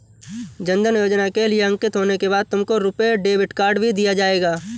जन धन योजना के लिए अंकित होने के बाद तुमको रुपे डेबिट कार्ड भी दिया जाएगा